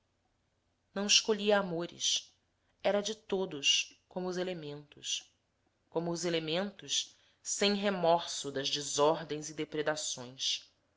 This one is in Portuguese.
não escolhia amores era de todos como os elementos como os elementos sem remorso das desordens e depredações